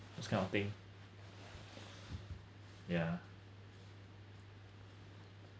this kind of thing ya